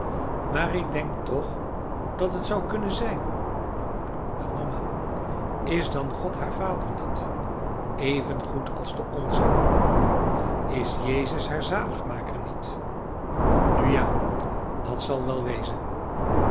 maar ik denk toch dat het zou kunnen zijn maar mama is dan god haar vader niet evengoed als de onze is jezus haar zaligmaker niet nu ja dat zal wel wezen